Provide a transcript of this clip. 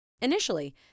Initially